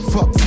Fuck